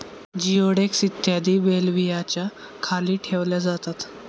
जिओडेक्स इत्यादी बेल्व्हियाच्या खाली ठेवल्या जातात